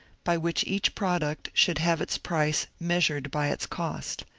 by which each product should have its price measured by its cost.